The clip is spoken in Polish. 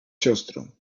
siostrą